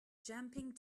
jumping